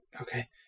Okay